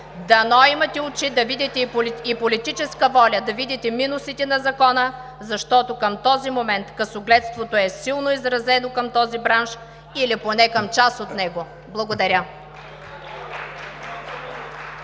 Дано имате очи и политическа воля да видите минусите на Закона, защото към този момент късогледството е силно изразено към този бранш, или поне към част от него. Благодаря.